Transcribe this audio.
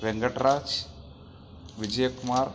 Venkatraj Vijayakumar